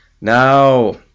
now